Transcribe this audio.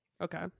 Okay